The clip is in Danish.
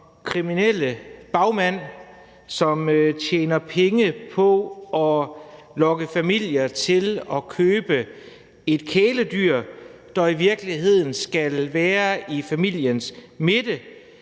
kriminelle bagmænd, som tjener penge på at lokke familier til at købe et kæledyr, der i virkeligheden skal være i familiens midte,